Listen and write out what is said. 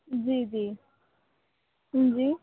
जी जी जी